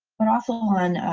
but also on